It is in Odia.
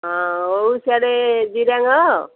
ହଁ ହଉ ସିଆଡ଼େ ଜିରାଙ୍ଗ